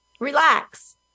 relax